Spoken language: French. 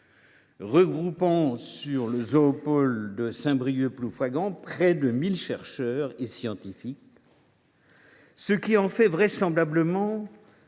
regroupe, sur le Zoopôle de Saint Brieuc Ploufragan, près de 1 000 chercheurs et scientifiques, ce qui en fait vraisemblablement